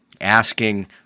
asking